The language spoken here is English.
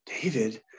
David